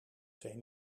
twee